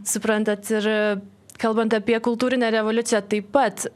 suprantant ir kalbant apie kultūrinę revoliuciją taip pat